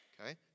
okay